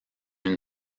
une